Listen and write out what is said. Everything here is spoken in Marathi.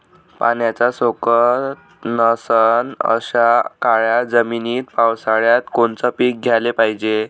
पाण्याचा सोकत नसन अशा काळ्या जमिनीत पावसाळ्यात कोनचं पीक घ्याले पायजे?